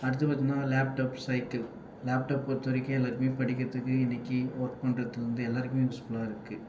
அடுத்து பார்த்திங்கனா laptop cycle laptop ஒரு துறைக்கு எல்லாமே படிக்கிறதுக்கு இன்றைக்கி ஒர்க் பண்ணுறதுக்கு எல்லாருக்குமே யூஸ்ஃபுல்லாக இருக்குது